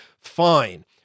fine